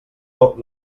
tot